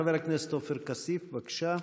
חבר הכנסת עופר כסיף, בבקשה.